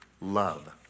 love